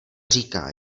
říká